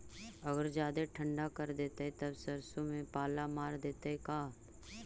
अगर जादे ठंडा कर देतै तब सरसों में पाला मार देतै का?